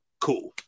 cool